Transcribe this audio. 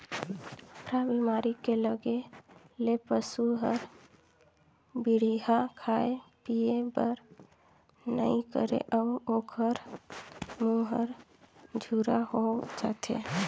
अफरा बेमारी के लगे ले पसू हर बड़िहा खाए पिए बर नइ करे अउ ओखर मूंह हर झूरा होय जाथे